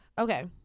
okay